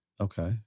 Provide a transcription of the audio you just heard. Okay